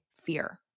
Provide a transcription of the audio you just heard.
fear